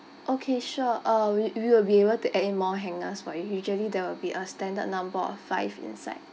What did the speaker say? okay sure uh we we will be able to add in more hangers for you usually there will be a standard number of five inside